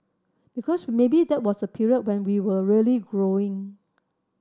because maybe that was a period when we were really growing